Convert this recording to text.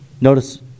Notice